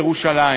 ירושלים.